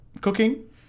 Cooking